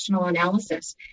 analysis